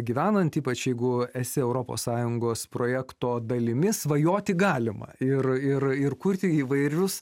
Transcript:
gyvenant ypač jeigu esi europos sąjungos projekto dalimi svajoti galima ir ir ir kurti įvairius